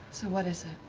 so what is it?